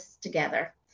together